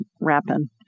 wrapping